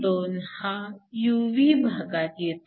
2 हा UV भागात येतो